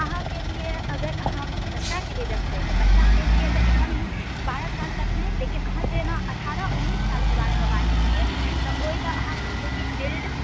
अहाँके लिए अगर अहाँ बच्चा के लिए रखबै तऽ बच्चा के लिए तऽ एखन बारह साल तक नहि लेकीन अहाँ जेना अठारह उन्नीस साल के बारे मे बाजै छी तऽ ओहि लए अहाँके कोविड शील्ड